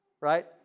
right